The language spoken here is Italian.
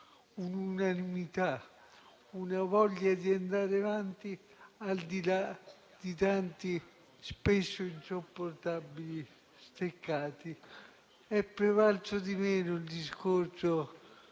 l'unanimità e la voglia di andare avanti, al di là di tanti, spesso insopportabili steccati. È prevalso di meno il discorso